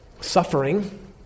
suffering